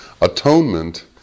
atonement